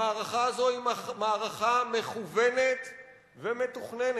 המערכה הזאת היא מערכה מכוונת ומתוכננת,